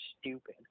stupid